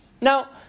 Now